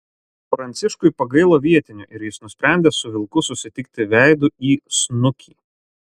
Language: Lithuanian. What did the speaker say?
pranciškui pagailo vietinių ir jis nusprendė su vilku susitikti veidu į snukį